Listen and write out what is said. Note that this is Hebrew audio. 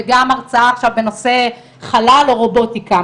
וגם הרצאה בנושא חלל או רובוטיקה.